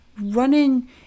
running